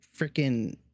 freaking